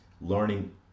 learning